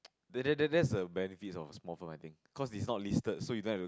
that that that's a benefit of small firm I think cause is not listed so you don't have to